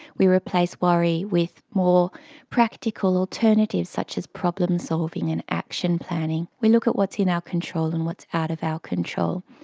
we replace worry with more practical alternatives such as problem-solving and action planning. we look at what's in our control and what's out of our control.